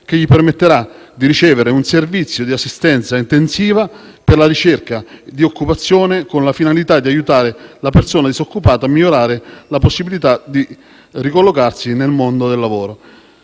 che gli permetterà di ricevere un servizio di assistenza intensiva per la ricerca di occupazione con la finalità di aiutare la persona disoccupata a migliorare la possibilità di ricollocarsi nel mondo del lavoro,